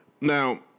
now